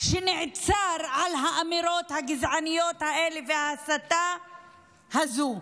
שנעצר על האמירות הגזעניות האלה וההסתה הזו.